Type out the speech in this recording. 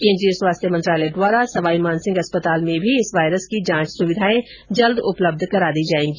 केंद्रीय स्वास्थ्य मंत्रालय द्वारा सवाई मानसिंह अस्पताल में भी इस वायरस की जांच सुविधाएं जल्द उपलब्ध कराई जाएगी